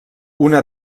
una